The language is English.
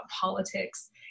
politics